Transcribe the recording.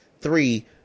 three